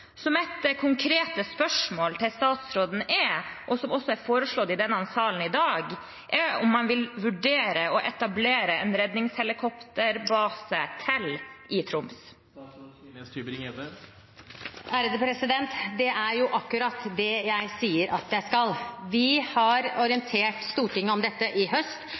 Mitt konkrete spørsmål til statsråden er – som også er foreslått i denne salen i dag – om man vil vurdere å etablere en redningshelikopterbase til i Troms. Det er akkurat det jeg sier at jeg skal. Vi orienterte sist høst Stortinget om at vi vurderer situasjonen for redningshelikoptre i